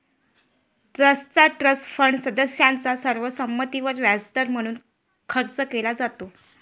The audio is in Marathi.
ट्रस्टचा ट्रस्ट फंड सदस्यांच्या सर्व संमतीवर व्याजदर म्हणून खर्च केला जातो